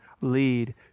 lead